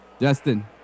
Justin